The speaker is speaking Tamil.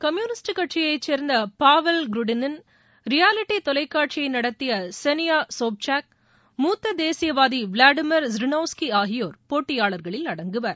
கம்யூனிஸ்ட் கட்சியைச் சேர்ந்த பாவெல் க்ருடினின் ரியாலிட்டி தொலைக்காட்சியை நடத்திய செனியா சாப்சாக் மூத்த தேசியவாதி விளாடிமிர் சிரிளோவ்ஸ்கி ஆகியோர் போட்டியாளர்களில் அடங்குவர்